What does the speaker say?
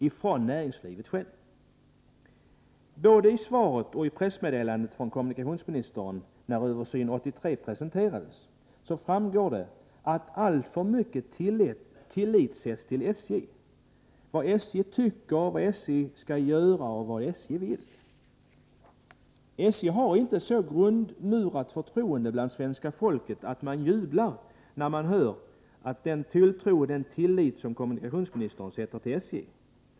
Både av svaret och av det pressmeddelande som kommunikationsministern lämnade när rapporten Öresundsförbindelser —- Översyn 1983 presenterades framgår det att man fäster alltför stor tillit till SJ — till vad SJ tycker, vad SJ skall göra och vad SJ vill. Men SJ har inte ett sådant grundmurat förtroende bland svenska folket att man jublar när man hör vilken tilltro kommunikationsministern sätter till SJ.